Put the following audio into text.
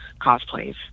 cosplays